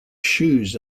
shoes